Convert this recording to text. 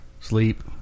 sleep